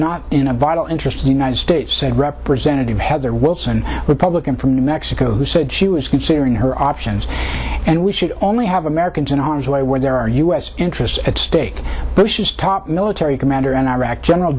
not in a vital interest of the united states said representative heather wilson republican from new mexico who said she was considering her options and we should only have americans in harm's way where there are u s interests at stake bush's top military commander in iraq general